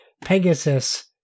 Pegasus